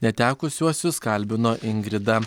netekusiuosius kalbino ingrida